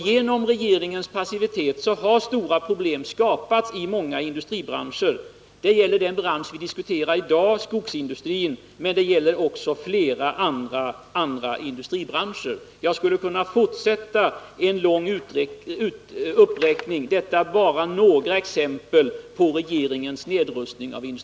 Genom regeringens passivitet har stora problem skapats i många industribranscher. Det gäller den bransch vi diskuterar i dag. skogsindustrin, men det gäller också flera andra industribranscher. Jag skulle kunna fortsätta med en lång uppräkning.